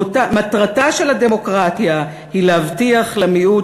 מטרתה של הדמוקרטיה היא להבטיח למיעוט